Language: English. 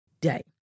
day